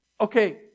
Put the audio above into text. Okay